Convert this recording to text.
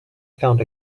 found